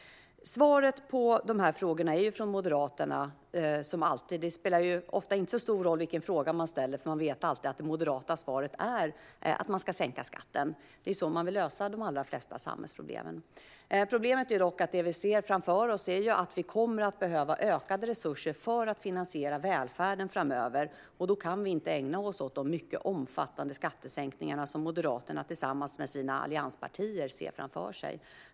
Moderaternas svar på frågorna är desamma som alltid. Det spelar ofta inte så stor roll vilken fråga man ställer, för man vet att det moderata svaret är att sänka skatten. Det är så de vill lösa de allra flesta samhällsproblem. Problemet är dock att det vi ser framför oss är att vi kommer att behöva ökade resurser för att finansiera välfärden framöver. Då kan vi inte ägna oss åt de mycket omfattande skattesänkningar som Moderaterna tillsammans med sina allianspartier ser framför sig.